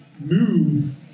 move